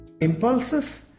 impulses